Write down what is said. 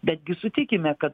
bet gi sutikime kad